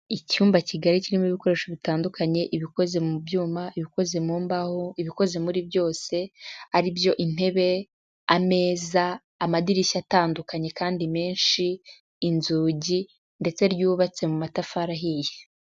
Icyumba kigari kirimo ibikoresho bitandukanye: ibikoze mu byuma, ibikoze mu mbaho, ibikoze muri byose, ari byo: intebe, ameza, amadirishya atandukanye kandi menshi, inzugi ndetse ryubatse mu matafari ahiye.